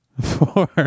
Four